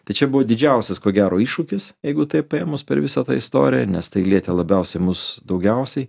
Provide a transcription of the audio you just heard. tai čia buvo didžiausias ko gero iššūkis jeigu taip paėmus per visą tą istoriją nes tai lietė labiausiai mus daugiausiai